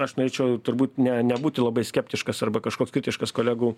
aš norėčiau turbūt ne nebūti labai skeptiškas arba kažkoks kritiškas kolegų